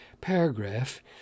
paragraph